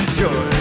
joy